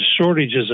shortages